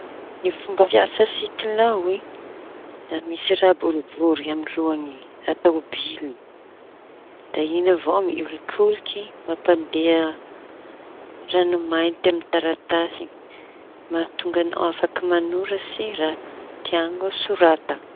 Ny fomba fiasa sitilao e da misy raha boribory amy lohañy atao bily da iñy avao miholikoliky mampandeha ranomainty amy taratasy. Mahatonga añao afaky mañoratsy raha tiañao sorata.